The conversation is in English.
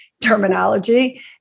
terminology